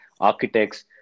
architects